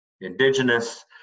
indigenous